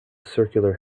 circular